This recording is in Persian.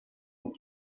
بود